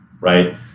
right